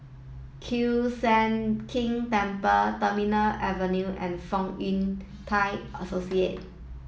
Kiew Sian King Temple Terminal Avenue and Fong Yun Thai Associate